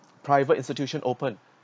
private institution open